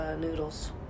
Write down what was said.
noodles